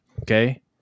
okay